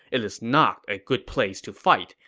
it's not a good place to fight.